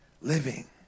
living